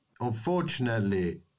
unfortunately